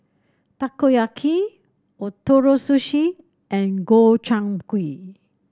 Takoyaki Ootoro Sushi and Gobchang Gui